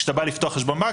כשאתה בא לפתוח חשבון בנק,